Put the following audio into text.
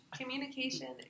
communication